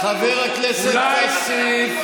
חבר הכנסת כסיף,